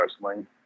wrestling